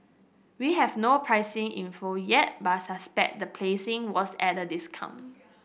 we have no pricing info yet but suspect the placing was at a discount